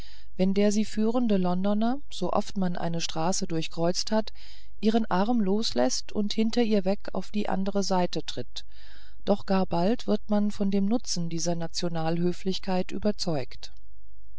wenn der sie führende londoner so oft man eine straße durchkreuzt hat ihren arm losläßt und hinter ihr weg auf die andere seite tritt doch gar bald wird man von dem nutzen dieser nationalhöflichkeit überzeugt